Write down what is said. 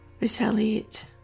retaliate